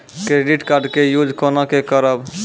Credit card के use कोना के करबऽ?